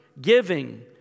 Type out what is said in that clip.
Giving